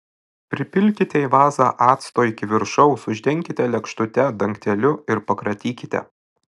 pripilkite į vazą acto iki viršaus uždenkite lėkštute dangteliu ir pakratykite